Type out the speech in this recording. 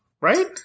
Right